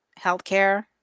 healthcare